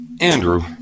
Andrew